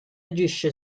agisce